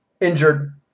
injured